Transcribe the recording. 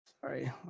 Sorry